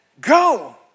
go